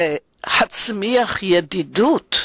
להצמיח ידידות,